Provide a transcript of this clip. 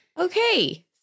Okay